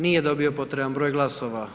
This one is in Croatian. Nije dobio potreban broj glasova.